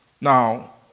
now